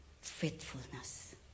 faithfulness